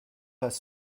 pas